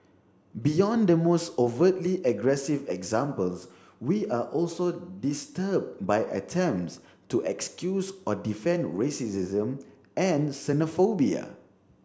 beyond the most overtly aggressive examples we are also disturbed by attempts to excuse or defend racism and xenophobia